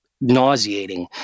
nauseating